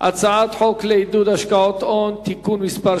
הצעת חוק לעידוד השקעות הון (תיקון מס'